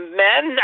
men